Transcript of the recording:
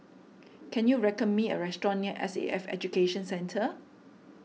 can you reckon me a restaurant near S A F Education Centre